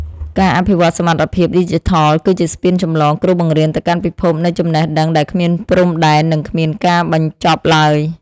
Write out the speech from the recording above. ការអភិវឌ្ឍសមត្ថភាពឌីជីថលគឺជាស្ពានចម្លងគ្រូបង្រៀនទៅកាន់ពិភពនៃចំណេះដឹងដែលគ្មានព្រំដែននិងគ្មានការបញ្ចប់ឡើយ។